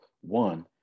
one